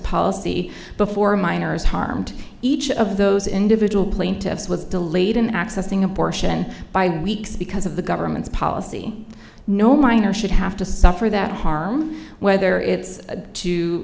policy before minors harmed each of those individual plaintiffs was delayed in accessing abortion by weeks because of the government's policy no minor should have to suffer that harm whether it's